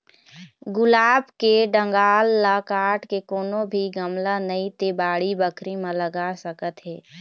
गुलाब के डंगाल ल काट के कोनो भी गमला नइ ते बाड़ी बखरी म लगा सकत हे